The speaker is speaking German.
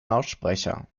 lautsprecher